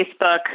Facebook